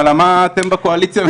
אלא על מה אתם בקואליציה הולכים לעשות.